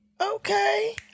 okay